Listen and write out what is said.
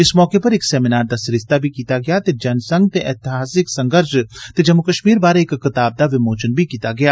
इस मौके पर इक सेमिनार दा सरिस्ता कीता गेया ते जनसंघ दे एतिहासिक संघर्ष ते जम्मू कश्मीर बारै इक कताब दा विमोचन बी कीता गेया